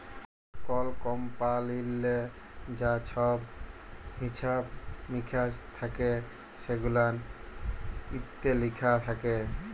call কমপালিললে যা ছহব হিছাব মিকাস থ্যাকে সেগুলান ইত্যে লিখা থ্যাকে